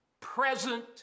present